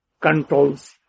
controls